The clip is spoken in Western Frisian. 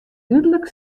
dúdlik